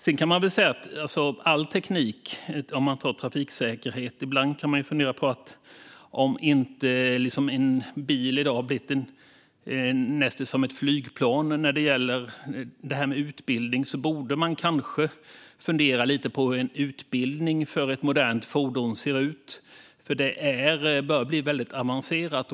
Sedan kan man apropå trafiksäkerhet fundera på om inte en bil i dag med all teknik har blivit näst intill som ett flygplan. Kanske borde man fundera lite på en utbildning i hur ett modernt fordon ser ut, för det börjar bli väldigt avancerat.